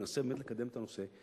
וננסה לקדם את הנושא,